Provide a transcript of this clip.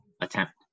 attempt